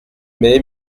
mai